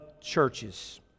churches